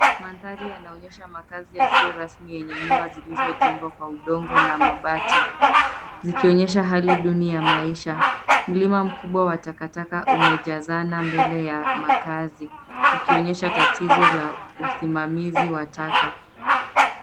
Mandhari yanaonyesha makazi yasio rasmi yenye nyumba zilizojengwa kwa udongo na mabati, zikionyesha hali duni ya maisha. Mlima mkubwa wa takataka umejazana mbele ya makaazi, ukionyesha tatizo la usimamizi wa taka.